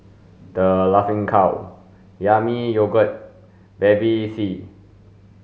The Laughing Cow Yami Yogurt Bevy C